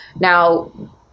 now